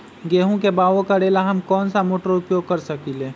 गेंहू के बाओ करेला हम कौन सा मोटर उपयोग कर सकींले?